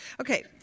Okay